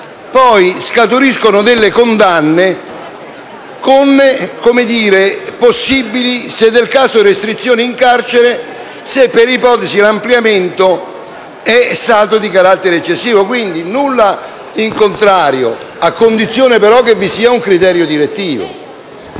- scaturiscono delle condanne con possibili restrizioni in carcere se, per ipotesi, l'ampliamento è stato di carattere eccessivo. Nulla in contrario, a condizione però che vi sia un criterio direttivo.